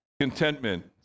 contentment